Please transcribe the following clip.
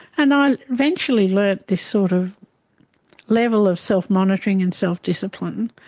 and i eventually learnt this sort of level of self-monitoring and self-discipline